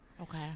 okay